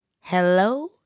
Hello